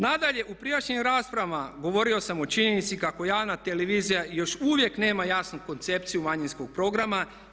Nadalje, u prijašnjim raspravama govorio sam o činjenici kako javna televizija još uvijek nema jasnu koncepciju manjinskog programa.